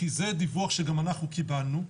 כי זה דיווח שגם אנחנו קיבלנו,